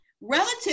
relative